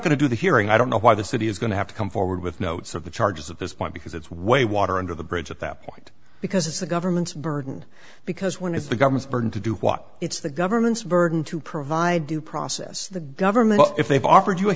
going to do the hearing i don't know why the city is going to have to come forward with notes of the charges of his because it's way water under the bridge at that point because it's the government's burden because when it's the government's burden to do what it's the government's burden to provide due process the government if they've offered you a